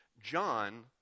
John